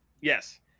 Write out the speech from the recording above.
Yes